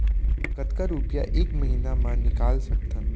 कतका रुपिया एक महीना म निकाल सकथन?